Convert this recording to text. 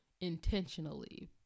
intentionally